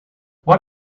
what